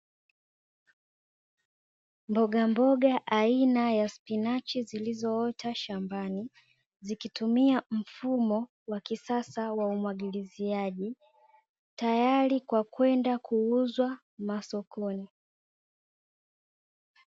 Mbogamboga aina ya spinachi zilizoota shambani, zikitumika mfumo wa kisasa wa umwagiliziaji, tayari kwa kwenda kuuzwa masokoni.